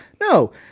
No